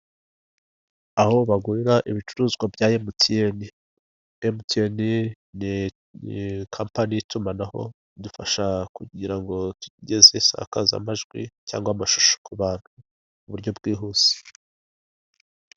Aho bagurira ibicuruzwa bya emutiyeni. Emutiyeni ni kampani y'itumanaho idufasha kugira ngo tugeze isakaza majwi cyangwa amashusho ku bantu muburyo bwihuse